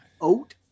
Oat